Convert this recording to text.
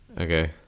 Okay